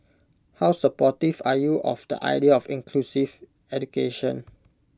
how supportive are you of the idea of inclusive education